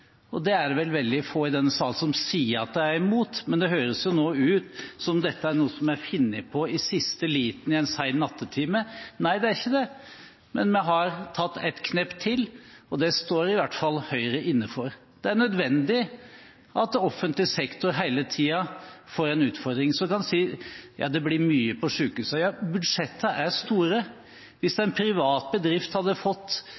sektor. Det er det vel veldig få i denne salen som sier at de er imot, men det høres jo nå ut som om dette er noe som er funnet på i siste liten i en sen nattetime. Nei, det er ikke det, men vi har tatt et knepp til, og det står i hvert fall Høyre inne for. Det er nødvendig at offentlig sektor hele tiden får en utfordring. Så kan en si – ja, det blir mye på sykehusene. Ja, budsjettene er store. Hvis en privat bedrift hadde fått